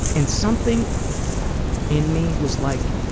and something in me was like,